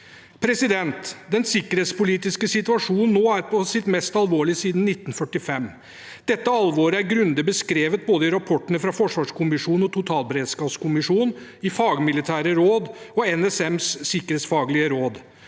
trykker. Den sikkerhetspolitiske situasjonen nå er på sitt mest alvorlige siden 1945. Dette alvoret er grundig beskrevet i både rapportene fra forsvarskommisjonen og totalberedskapskommisjonen, i fagmilitært råd og i NSMs sikkerhetsfaglige råd.